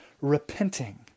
repenting